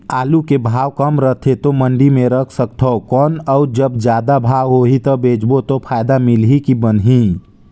आलू के भाव कम रथे तो मंडी मे रख सकथव कौन अउ जब जादा भाव होही तब बेचबो तो फायदा मिलही की बनही?